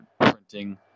printing